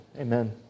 amen